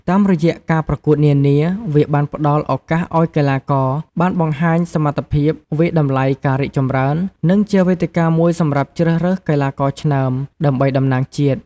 តាមរយះការប្រកួតនានា វាបានផ្តល់ឱកាសឲ្យកីឡាករបានបង្ហាញសមត្ថភាព វាយតម្លៃការរីកចម្រើន និងជាវេទិកាមួយសម្រាប់ជ្រើសរើសកីឡាករឆ្នើមដើម្បីតំណាងជាតិ។